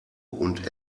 und